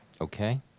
Okay